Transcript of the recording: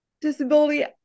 disability